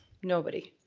nobody.